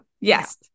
yes